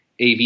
AV